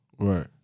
Right